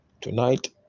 Tonight